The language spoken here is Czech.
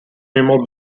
mimo